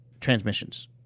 transmissions